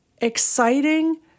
Exciting